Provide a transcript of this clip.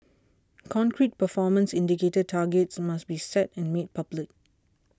concrete performance indicator targets must be set and made public